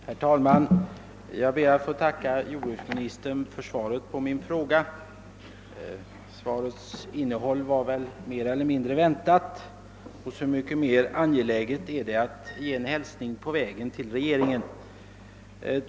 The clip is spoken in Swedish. Herr talman! Jag ber att få tacka jordbruksministern för svaret på min fråga. Svarets innehåll var väl mer eller mindre väntat. Så mycket mer angeläget är det därför att ge regeringen en hälsning på vägen i detta spörsmål.